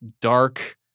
dark –